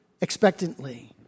expectantly